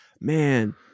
Man